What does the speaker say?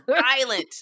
Violent